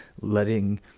letting